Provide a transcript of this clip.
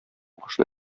кошны